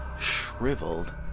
shriveled